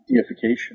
deification